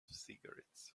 cigarettes